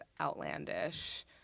outlandish